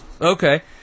okay